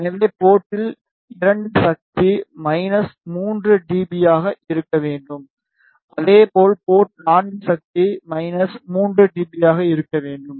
எனவே போர்ட்டில் 2 சக்தி 3 டி பி ஆக இருக்க வேண்டும் அதேபோல் போர்ட் 4 சக்தி 3 டி பி ஆக இருக்க வேண்டும்